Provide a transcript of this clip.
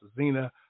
Zena